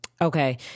Okay